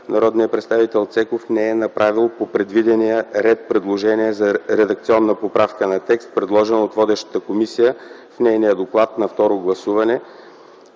народният представител Цеков не е направил по предвидения ред предложение за редакционна поправка на текст, предложен от водещата комисия в нейния доклад за второ гласуване,